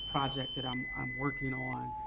project that i'm i'm working on,